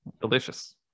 delicious